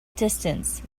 distance